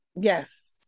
Yes